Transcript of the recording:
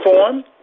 form